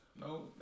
no